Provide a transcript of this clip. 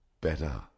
better